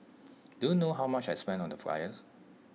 do you know how much I spent on the flyers